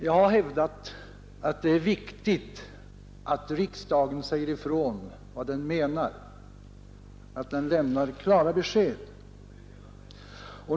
Jag har hävdat att det är viktigt att riksdagen säger ifrån vad den menar, att den lämnar klara besked.